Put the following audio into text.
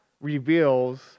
reveals